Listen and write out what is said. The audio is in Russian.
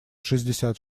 шестьдесят